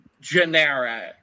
generic